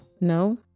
no